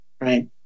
right